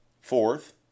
Fourth